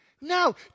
No